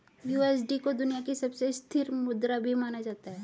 USD को दुनिया की सबसे स्थिर मुद्रा भी माना जाता है